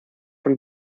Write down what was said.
von